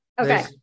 Okay